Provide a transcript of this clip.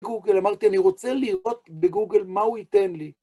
גוגל, אמרתי, אני רוצה לראות בגוגל מה הוא ייתן לי.